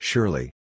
Surely